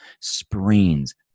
sprains